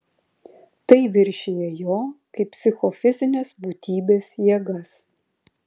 tai viršija jo kaip psichofizinės būtybės jėgas